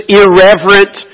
irreverent